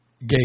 gay